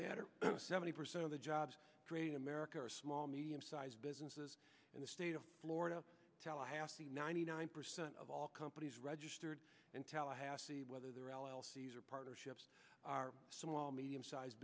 matter seventy percent of the jobs in america are small medium sized businesses in the state of florida tallahassee ninety nine percent of all companies registered in tallahassee whether they're elsie's or partnerships are small medium sized